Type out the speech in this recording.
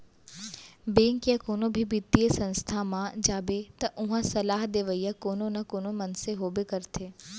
bank या कोनो भी बित्तीय संस्था म जाबे त उहां सलाह देवइया कोनो न कोनो मनसे होबे करथे